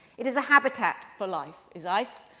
it is a habitat for life, is ice.